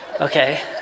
Okay